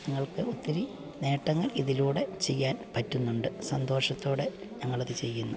ഞങ്ങൾക്ക് ഒത്തിരി നേട്ടങ്ങൾ ഇതിലൂടെ ചെയ്യാൻ പറ്റുന്നുണ്ട് സന്തോഷത്തോടെ ഞങ്ങളത് ചെയ്യുന്നു